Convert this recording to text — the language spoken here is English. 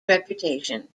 reputation